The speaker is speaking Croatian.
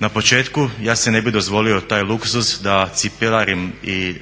Na početku ja si ne bih dozvolio taj luksuz da cipelarim i